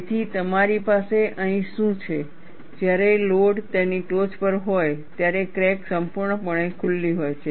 તેથી તમારી પાસે અહીં શું છે જ્યારે લોડ તેની ટોચ પર હોય ત્યારે ક્રેક સંપૂર્ણપણે ખુલ્લી હોય છે